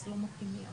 חשובה.